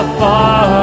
far